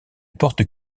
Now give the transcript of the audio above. porte